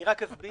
אני רק אסביר.